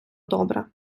добре